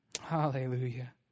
Hallelujah